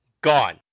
gone